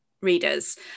readers